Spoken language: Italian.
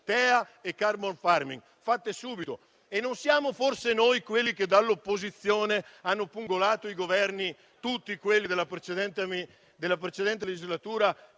provvedimenti adottati subito. Non siamo forse noi quelli che dall'opposizione hanno pungolato i Governi, tutti quelli della precedente legislatura,